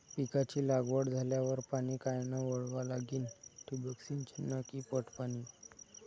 पिकाची लागवड झाल्यावर पाणी कायनं वळवा लागीन? ठिबक सिंचन की पट पाणी?